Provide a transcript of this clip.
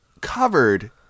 covered